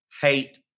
hate